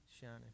shining